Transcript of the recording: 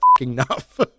enough